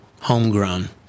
homegrown